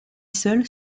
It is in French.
seul